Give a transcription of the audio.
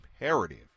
imperative